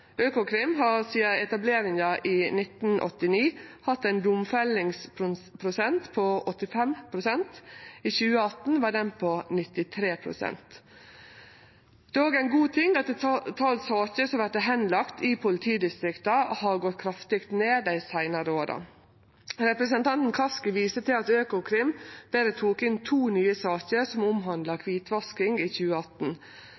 har sidan etableringa i 1989 hatt ein domfellingsdel på 85 pst. I 2018 var denne på 93 pst. Det er òg ein god ting at talet på saker som vert lagde bort i politidistrikta, har gått kraftig ned dei seinare åra. Representanten Kaski viser til at Økokrim i 2018 tok inn berre to nye saker som omhandla